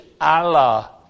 Allah